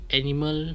animal